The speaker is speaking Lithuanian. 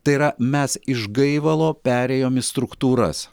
tai yra mes iš gaivalo perėjom į struktūras